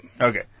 Okay